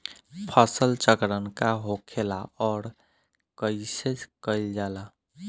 फसल चक्रण का होखेला और कईसे कईल जाला?